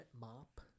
mop